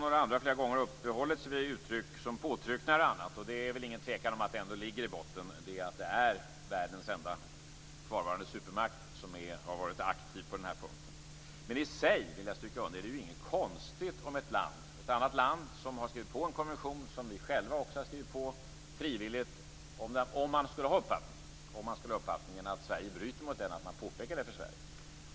Kenneth Kvist m.fl. har uppehållit sig vid uttryck som påtryckningar och annat, och det är väl ingen tvekan om att det är världens enda kvarvarande supermakt som har varit aktiv på den här punkten. Men i sig är det inget konstigt om ett annat land har skrivit under en konvention som också vi själva har skrivit under påpekar sin uppfattning för Sverige.